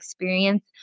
experience